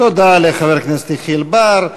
תודה לחבר הכנסת יחיאל בר.